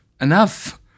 Enough